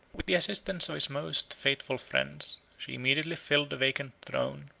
with the assistance of his most faithful friends, she immediately filled the vacant throne,